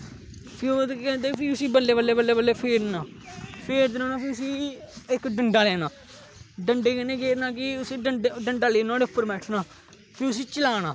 फिह् उसी बल्लें बल्लें फेरना फेरदे रौहना फिर उसी इक डंडा लैना ड़डे कन्नै चलाना